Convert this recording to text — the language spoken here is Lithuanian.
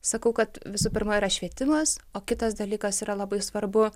sakau kad visų pirma yra švietimas o kitas dalykas yra labai svarbu